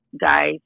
guys